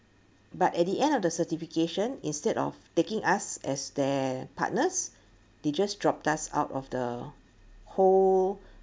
but at the end of the certification instead of taking us as their partners they just dropped us out of the whole